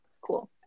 cool